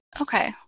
Okay